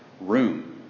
room